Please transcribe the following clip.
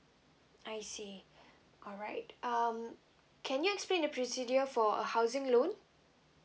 I see alright um can you explain the procedure for a housing loan